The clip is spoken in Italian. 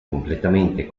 completamente